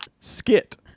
skit